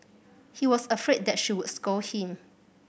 he was afraid that she would scold him